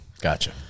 Gotcha